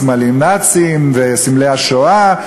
סמלים נאציים וסמלי השואה,